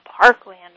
parkland